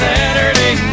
Saturday